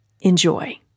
Enjoy